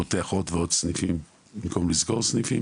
פותח עוד ועוד סניפים במקום לסגור סניפים.